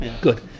Good